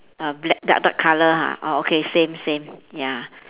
err black dark dark colour ha oh okay same same ya